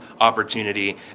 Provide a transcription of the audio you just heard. opportunity